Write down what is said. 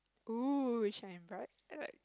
oh shine bright like